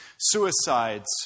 Suicides